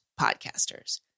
podcasters